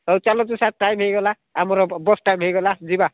ହଉ ଚାଲନ୍ତୁ sir time ହୋଇଗଲା ଆମର ବସ୍ ଟାଇମ୍ ହୋଇଗଲା ଯିବା